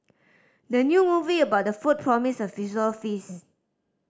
the new movie about food promises a visual feast